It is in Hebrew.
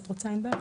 את רוצה ענבל?